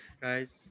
Guys